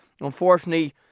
unfortunately